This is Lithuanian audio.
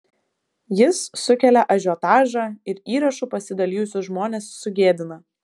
jis sukelia ažiotažą ir įrašu pasidalijusius žmones sugėdina